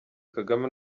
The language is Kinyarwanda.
kagame